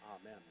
Amen